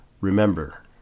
remember